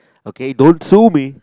okay don't sue me